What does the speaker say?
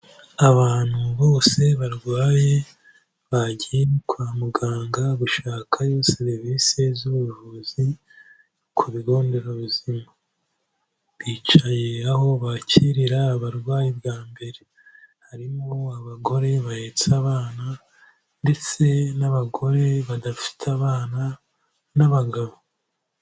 Abantu bose barwaye bagiye no kwa muganga gushakayo serivisi z'ubuvuzi ku bigo Nderabuzima. Bicaye aho bakirira abarwayi bwa mbere. Harimo abagore bahetsa abana ndetse n'abagore badafite abana n'abagabo.